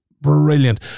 brilliant